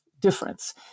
difference